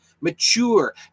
mature